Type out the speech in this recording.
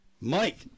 Mike